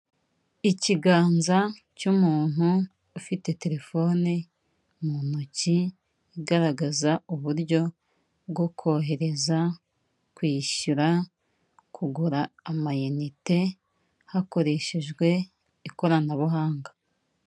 Ikiganza cy'umuntu ufite telefoni mu ntoki; igaragaza uburyo bwo kohereza, kwishyura, kugura amayinite hakoreshejwe ikoranabuhanga.